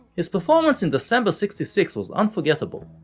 his performance in december sixty six was unforgettable,